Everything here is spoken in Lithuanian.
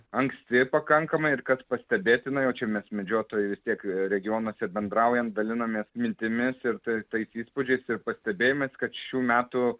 anksti pakankamai ir kas pastebėtina jau čia mes medžiotojai vis tiek regionuose bendraujam dalinomės mintimis ir tai tais įspūdžiais ir pastebėjimais kad šių metų